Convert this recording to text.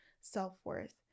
self-worth